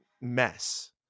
mess